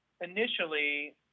initially